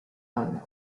unknown